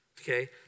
Okay